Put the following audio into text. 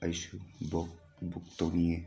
ꯑꯩꯁꯨ ꯕꯨꯛ ꯇꯧꯅꯤꯡꯉꯦ